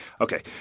Okay